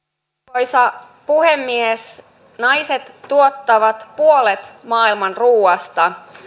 arvoisa puhemies naiset tuottavat puolet maailman ruuasta